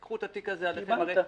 קיבלת.